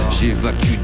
J'évacue